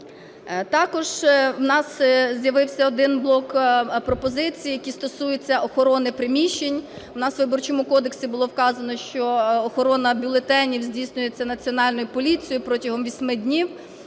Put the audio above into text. Також у нас з'явився один блок пропозицій, які стосуються охорони приміщень. У нас у Виборчому кодексі було вказано, що охорона бюлетенів здійснюється Національною поліцією протягом 8 днів.